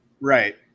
right